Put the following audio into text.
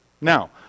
Now